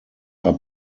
are